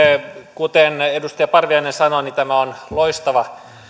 kuten edustaja parviainen sanoi tämä on loistava